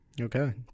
okay